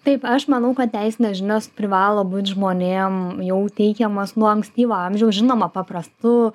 taip aš manau kad teisinės žinios privalo būt žmonėm jau teikiamos nuo ankstyvo amžiaus žinoma paprastu